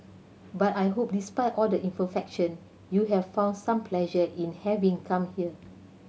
but I hope despite all the imperfection you have found some pleasure in having come here